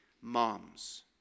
Moms